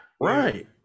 Right